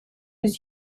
was